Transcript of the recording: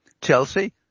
Chelsea